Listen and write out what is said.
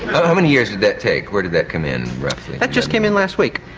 how many years did that take, where did that come in roughly? that just came in last week.